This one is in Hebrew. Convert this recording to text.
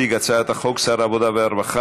אנחנו עוברים להצעת חוק הבטחת הכנסה (תיקון מס' 46)